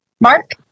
Mark